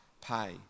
pay